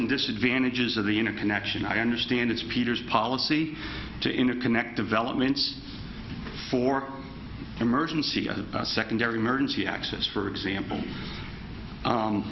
and disadvantages of the interconnection i understand it's peter's policy to interconnect developments for emergency as a secondary emergency access for example